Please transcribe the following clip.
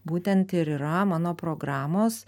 būtent ir yra mano programos